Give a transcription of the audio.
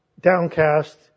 downcast